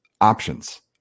options